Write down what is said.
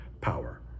power